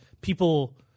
people